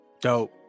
dope